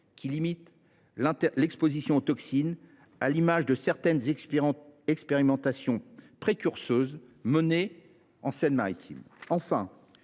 qui limitent l’exposition aux toxines, à l’image de certaines expérimentations menées en Seine Maritime.